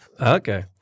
okay